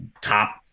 top